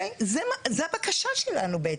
זו הבקשה שלנו.